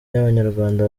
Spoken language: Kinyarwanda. ry’abanyarwanda